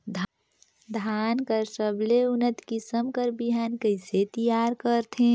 धान कर सबले उन्नत किसम कर बिहान कइसे तियार करथे?